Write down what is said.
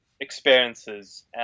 experiences